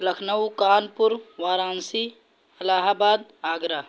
Lucknow Kanpur Varanasi Allahabad Agra